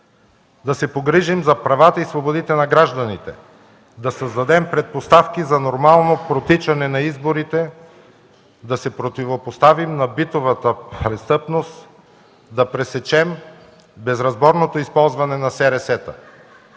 да се погрижим за правата и свободите на гражданите, да създадем предпоставки за нормално протичане на изборите, да се противопоставим на битовата престъпност, да пресечем безразборното използване на СРС-та.